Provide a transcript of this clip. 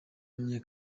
wamamaye